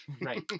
Right